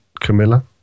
camilla